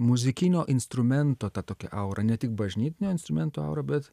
muzikinio instrumento ta tokia aura ne tik bažnytinio instrumento aura bet